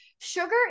sugar